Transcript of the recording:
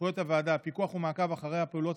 סמכויות הוועדה: פיקוח ומעקב אחר הפעולות